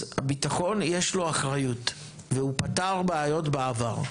אז הביטחון, יש לו אחריות והוא פתר בעיות בעבר.